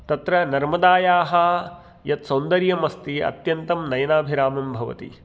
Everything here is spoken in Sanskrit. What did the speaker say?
तत्र नर्मदायाः यत् सौन्दर्यम् अस्ति अत्यन्तं नयनाभिरामं भवति